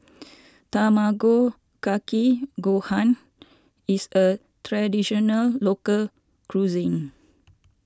Tamago Kake Gohan is a Traditional Local Cuisine